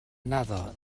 naddo